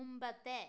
മുമ്പത്തെ